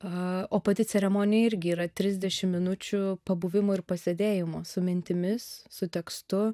a o pati ceremonija irgi yra trisdešim minučių pabuvimo ir pasėdėjimo su mintimis su tekstu